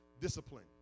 discipline